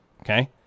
okay